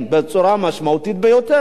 בצורה משמעותית ביותר.